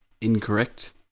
Incorrect